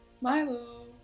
Milo